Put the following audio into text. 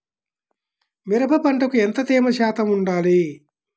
మిరప పంటకు ఎంత తేమ శాతం వుండాలి?